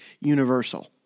universal